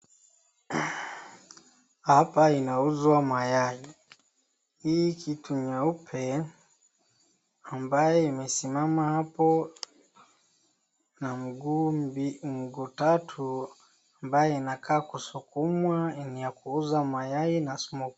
Hapa inauzwa mayai. Hii kitu nyeupe ambaye imesimama hapo na mguu mbi, mguu tatu ambaye inakaa kusukumwa ni ya kuuza mayai na smo.....